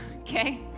okay